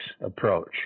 approach